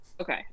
okay